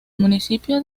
municipio